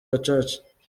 gacaca